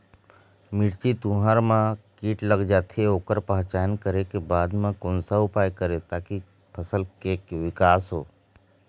मिर्ची, तुंहर मा कीट लग जाथे ओकर पहचान करें के बाद मा कोन सा उपाय करें ताकि फसल के के विकास हो?